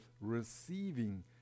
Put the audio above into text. receiving